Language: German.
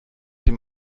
dem